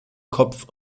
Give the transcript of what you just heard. kopf